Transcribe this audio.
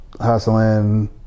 hustling